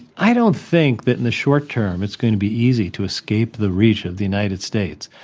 i don't think that in the short term it's going to be easy to escape the reach of the united states.